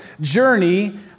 journey